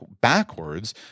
backwards